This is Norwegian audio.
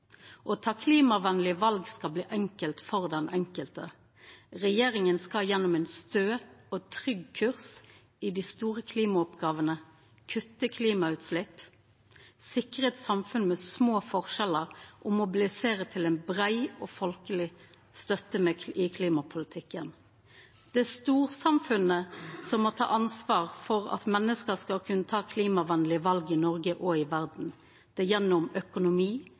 Å ta klimavenlege val skal bli enkelt for den enkelte. Regjeringa skal gjennom ein stø og trygg kurs i dei store klimaoppgåvene kutta klimautslepp, sikra eit samfunn med små forskjellar og mobilisera til ei brei og folkeleg støtte i klimapolitikken. Det er storsamfunnet som må ta ansvar for at menneske skal kunne ta klimavenlege val i Noreg og i verda, gjennom økonomi,